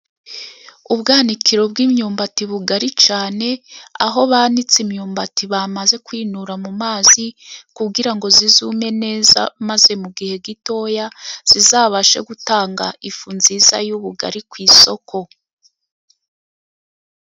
Ubwanakiro bw'imyumbati bugari cyane, aho banitse imyumbati bamaze kwinura mu mazi, kugira ngo izume neza, maze mu gihe gitoya, izabashe gutanga ifu nziza y'ubugari ku isoko.